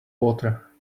water